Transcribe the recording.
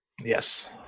yes